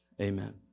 amen